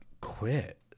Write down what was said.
quit